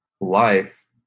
Life